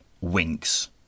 Winks